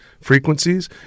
frequencies